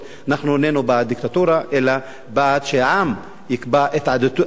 אנו איננו בעד דיקטטורה אלא בעד שהעם יקבע את עתידו,